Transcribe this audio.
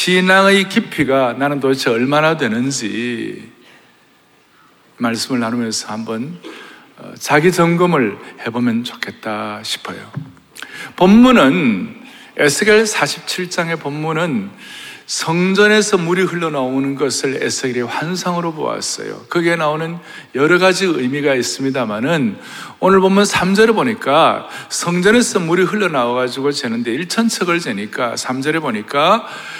신앙의 깊이가 나는 도대체 얼마나 되는지 말씀을 나누면서 한번, 어, 자기 점검을 해보면 좋겠다 싶어요. 본문은, 에스겔 47장의 본문은 성전에서 물이 흘러나오는 것을 에스겔의 환상으로 보았어요. 거기에 나오는 여러 가지 의미가 있습니다마는 오늘 본문 삼 절에 보니까 성전에서 물이 흘러나와가지고 재는데 1천 척을 재니까 삼 절에 보니까